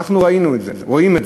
אנחנו רואים את